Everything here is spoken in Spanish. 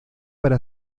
para